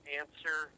answer